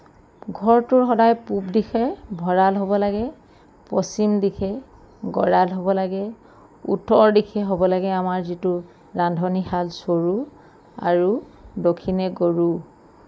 ঘৰটোৰ সদায় পূৱ দিশে ভঁৰাল হ'ব লাগে পশ্চিম দিশে গঁৰাল হ'ব লাগে উত্তৰ দিশে হ'ব লাগে আমাৰ যিটো ৰান্ধনিশাল চৰু আৰু দক্ষিণে গৰু